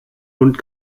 und